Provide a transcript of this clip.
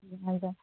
हजुर